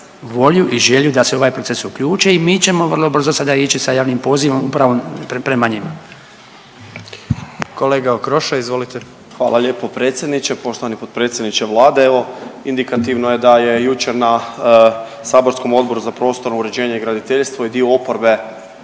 volju i želju da se ovaj proces uključe i mi ćemo vrlo brzo sada ići sa javnim pozivom upravo pripremanjem. **Jandroković, Gordan (HDZ)** Kolega Okroša, izvolite. **Okroša, Tomislav (HDZ)** Hvala lijepo predsjedniče, poštovani potpredsjedniče Vlade, evo, indikativno je da je jučer na saborskom Odboru za prostorno uređenje i graditeljstvo i dio oporbe